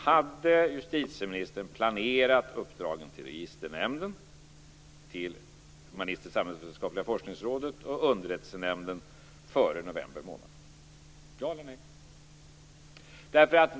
Hade justitieministern planerat uppdragen till Registernämnden, Humanistisk-samhällsvetenskapliga forskningsrådet och Underrättelsenämnden före november månad - ja eller nej?